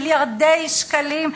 מיליארדי שקלים,